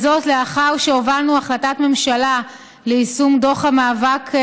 וזאת לאחר שהובלנו החלטת ממשלה ליישום דוח המאבק בגזענות,